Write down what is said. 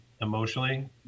emotionally